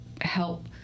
help